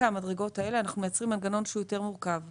המדרגות האלה אנחנו מייצרים מנגנון מורכב יותר.